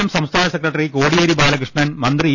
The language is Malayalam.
എം സംസ്ഥാന സെക്രട്ടറി കോടിയേരി ബാലകൃഷ് ണൻ മന്ത്രി ഇ